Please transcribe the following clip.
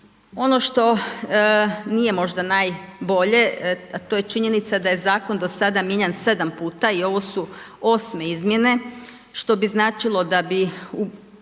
Ono što nije možda najbolje a to je činjenica da je zakon do sada mijenjan 7 puta i ovo su 8. izmjene što bi značilo da bi